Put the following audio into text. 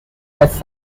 has